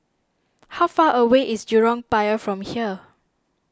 how far away is Jurong Pier from here